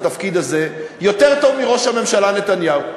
התפקיד הזה יותר טוב מראש הממשלה נתניהו.